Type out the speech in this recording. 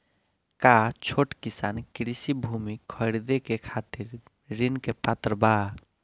का छोट किसान कृषि भूमि खरीदे के खातिर ऋण के पात्र बा?